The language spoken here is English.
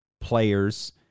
players